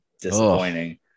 disappointing